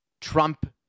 Trump